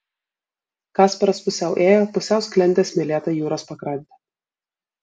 kasparas pusiau ėjo pusiau sklendė smėlėta jūros pakrante